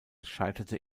scheiterte